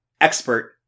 expert